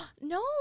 No